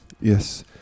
Yes